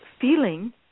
feeling